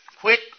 quick